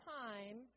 time